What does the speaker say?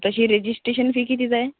तशी registration fee किती जाय